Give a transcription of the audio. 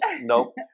nope